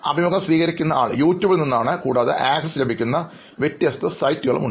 അഭിമുഖം സ്വീകരിക്കുന്നയാൾ യൂട്യൂബിൽ നിന്നാണ് കൂടാതെ ആക്സസ് ലഭിക്കുന്ന വ്യത്യസ്ത സൈറ്റുകളും ഉണ്ട്